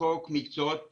חוק מקצועות